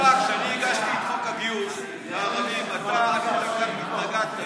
אתה, כשהגשתי את חוק הגיוס לערבים, אתה התנגדת.